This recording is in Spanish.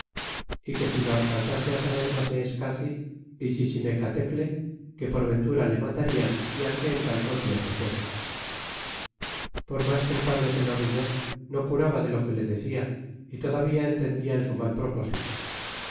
y que si lo alcanzase saber maseescasi y chichimeclatecle que por ventura le matarian y al que en tal concierto fuese y por mas que el padre se lo riñó no curaba de lo que le decia y todavía entendia en su mal propósito